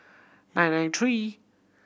nine nine three